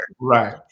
Right